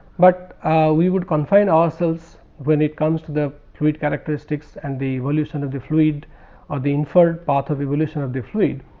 but ah we would confine ourselves when it comes to the fluid characteristics and the evolution of the fluid or the inferred path of evolution of the fluid.